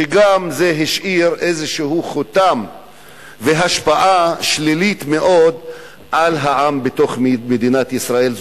שזה השאיר איזה חותם והשפעה שלילית מאוד גם על העם בתוך מדינת ישראל,